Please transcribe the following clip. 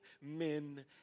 men